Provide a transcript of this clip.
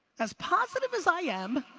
as positive as i am,